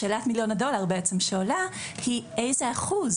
שאלת מיליון הדולר בעצם שעולה היא איזה אחוז